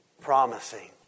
promising